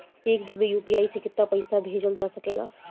एक दिन में यू.पी.आई से केतना बार पइसा भेजल जा सकेला?